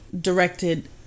directed